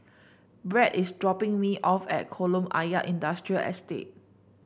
Brad is dropping me off at Kolam Ayer Industrial Estate